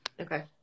okay